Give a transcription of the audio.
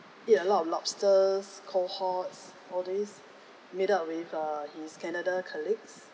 eat a lot of lobsters cohorts all these met up with err his canada colleagues